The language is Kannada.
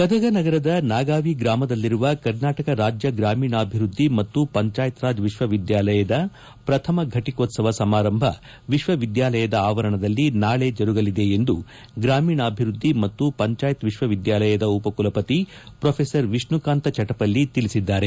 ಗದಗ ನಗರದ ನಾಗಾವಿ ಗ್ರಾಮದಲ್ಲಿರುವ ಕರ್ನಾಟಕ ರಾಜ್ಯ ಗ್ರಾಮೀಣಾಭಿವೃದ್ಧಿ ಮತ್ತು ಪಂಚಾಯತ್ ರಾಜ್ ವಿಶ್ವವಿದ್ಯಾಲಯದ ಪ್ರಥಮ ಫಟಕೋತ್ಸವ ಸಮಾರಂಭ ವಿಶ್ವವಿದ್ಯಾಲಯದ ಆವರಣದಲ್ಲಿ ನಾಳೆ ಜರುಗಲಿದೆ ಎಂದು ಗ್ರಾಮೀಣಾಭಿವೃದ್ಧಿ ಮತ್ತು ಪಂಚಾಯತ್ ವಿಶ್ವ ವಿದ್ಯಾಲಯದ ಉಪಕುಲಪತಿ ಪೊ ವಿಷ್ಣುಕಾಂತ ಚಟಪಲ್ಲಿ ತಿಳಿಸಿದರು